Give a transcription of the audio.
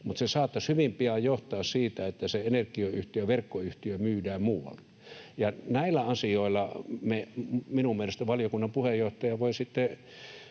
— se saattaisi hyvin pian johtaa siihen, että se energiayhtiö, verkkoyhtiö myydään muualle. Näitä asioitahan me minun mielestäni — valiokunnan puheenjohtaja voi sitten